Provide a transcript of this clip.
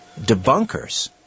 debunkers